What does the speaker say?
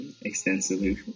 extensively